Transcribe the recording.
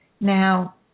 Now